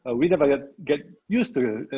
ah we never get get used to,